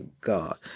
God